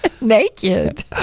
naked